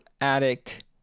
addict